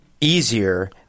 easier